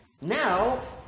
Now